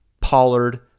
pollard